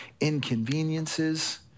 inconveniences